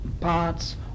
parts